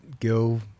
go